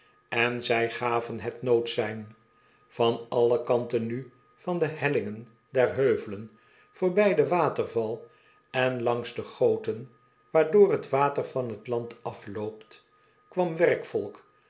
en zij gaven het noodsein van alle kanten nu van de hellingen der heuvelen voorbij den waterval en langs de goten waardoor t water van t land afloopt kwam werkvolk